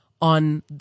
on